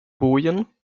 bojen